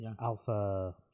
alpha